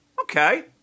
Okay